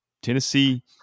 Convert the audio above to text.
Tennessee